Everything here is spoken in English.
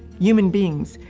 human beings,